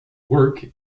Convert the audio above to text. work